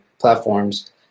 platforms